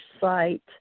site